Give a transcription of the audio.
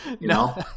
No